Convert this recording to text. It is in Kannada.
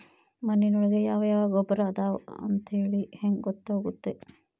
ಮಣ್ಣಿನೊಳಗೆ ಯಾವ ಯಾವ ಗೊಬ್ಬರ ಅದಾವ ಅಂತೇಳಿ ಹೆಂಗ್ ಗೊತ್ತಾಗುತ್ತೆ?